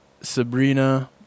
Sabrina